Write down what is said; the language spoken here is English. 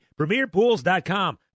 PremierPools.com